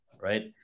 right